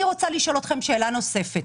אני רוצה לשאול אתכם שאלה נוספת.